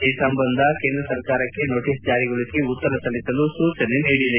ಈ ಸಂಬಂಧ ಕೇಂದ್ರ ಸರ್ಕಾರಕ್ಕೆ ನೋಟೀಸ್ ಜಾರಿಗೊಳಿಸಿ ಉತ್ತರ ಸಲ್ಲಿಸಲು ಸೂಚನೆ ನೀಡಿದೆ